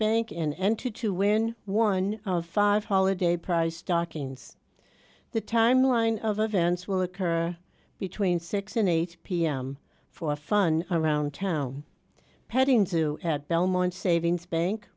bank and enter to win one of five holiday prize stockings the timeline of events will occur between six and eight pm for a fun around town petting zoo at belmont savings bank